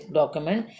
document